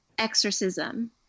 exorcism